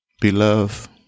Beloved